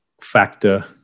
factor